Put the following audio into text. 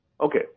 okay